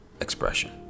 expression